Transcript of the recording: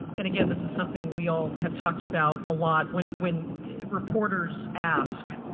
and again, this is something we all have talked about a lot when when reporters ask